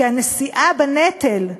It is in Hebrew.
כי הנשיאה בנטל,